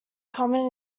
common